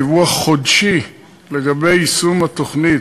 דיווח חודשי לגבי יישום התוכנית,